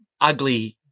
ugly